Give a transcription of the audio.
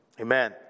amen